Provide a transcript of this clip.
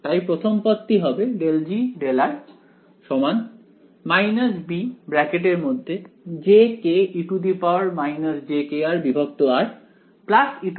তাই প্রথম পদটি হবে bjke jkrr e jkrr2